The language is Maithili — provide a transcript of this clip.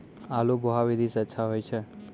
आलु बोहा विधि सै अच्छा होय छै?